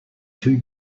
two